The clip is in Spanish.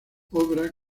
obra